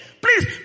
please